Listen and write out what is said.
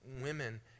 women